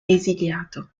esiliato